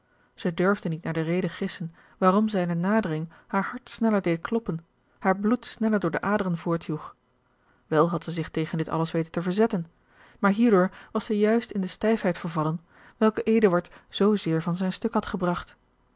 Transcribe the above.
zij durfde niet naar de reden gissen waarom zijne nadering haar hart sneller deed kloppen haar bloed sneller door de aderen voortjoeg wel had zij zich tegen dit alles weten te verzetten maar hierdoor was zij juist in de stijfheid vervallen welke eduard zoo zeer van zijn stuk had gebragt